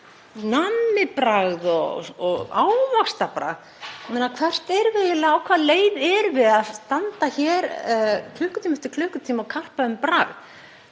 nammibragð og ávaxtabragð. Á hvaða leið erum við að standa hér klukkutíma eftir klukkutíma og karpa um bragð?